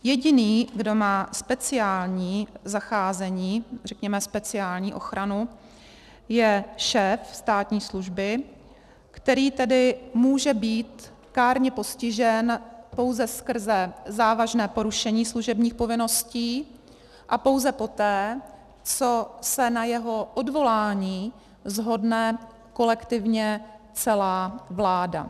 Jediný, kdo má speciální zacházení, řekněme speciální ochranu, je šéf státní služby, který tedy může být kárně postižen pouze skrze závažné porušení služebních povinností a pouze poté, co se na jeho odvolání shodne kolektivně celá vláda.